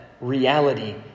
reality